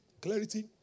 Clarity